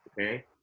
okay